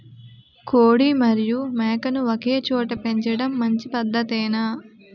కోడి మరియు మేక ను ఒకేచోట పెంచడం మంచి పద్ధతేనా?